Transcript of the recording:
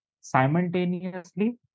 simultaneously